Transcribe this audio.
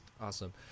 awesome